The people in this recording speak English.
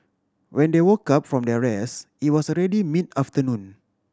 when they woke up from their rest it was already mid afternoon